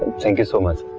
thank you so much